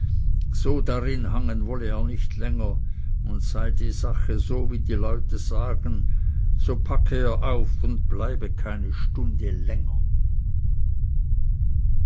so darinhangen wolle er nicht länger und sei die sache so wie die leute sagen so packe er auf und bleibe keine stunde länger